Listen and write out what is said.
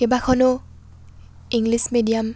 কেইবাখনো English medium